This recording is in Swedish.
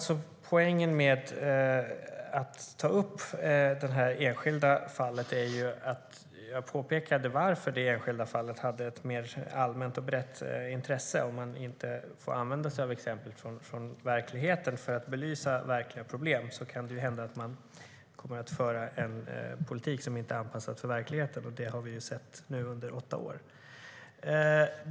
Herr talman! Jag påpekade varför det här enskilda fallet hade ett mer allmänt och brett intresse. Om vi inte får använda exempel från verkligheten för att belysa verkliga problem kan det hända att man kommer att föra en politik som inte är anpassad för verkligheten. Det har vi sett nu under åtta år.